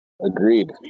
Agreed